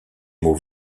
mot